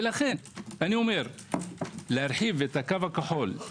לכן להרחיב את הקו הכחול,